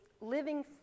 living